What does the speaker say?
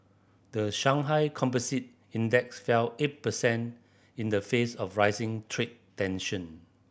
the Shanghai Composite Index fell eight percent in the face of rising trade tension